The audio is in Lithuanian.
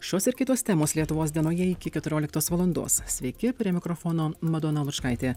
šios ir kitos temos lietuvos dienoje iki keturioliktos valandos sveiki prie mikrofono madona lučkaitė